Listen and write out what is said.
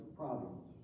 problems